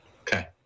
Okay